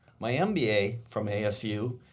my ah mba from asu.